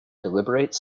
deliberate